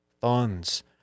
funds